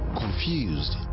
confused